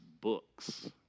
books